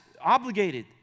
obligated